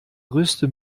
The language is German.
größte